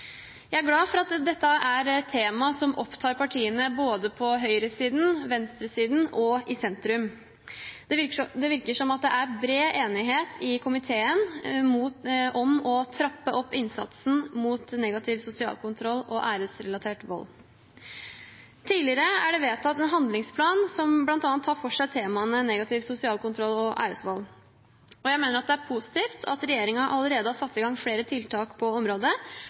Jeg er glad for at dette er et tema som opptar partiene på både høyresiden og venstresiden og de i sentrum. Det virker som om det er bred enighet i komiteen om å trappe opp innsatsen mot negativ sosial kontroll og æresrelatert vold. Tidligere er det vedtatt en handlingsplan som bl.a. tar for seg temaene negativ sosial kontroll og æresvold. Jeg mener at det er positivt at regjeringen allerede har satt i gang flere tiltak på området